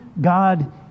God